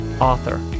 author